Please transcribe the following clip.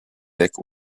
évêques